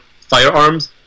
firearms